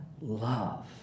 love